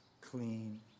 clean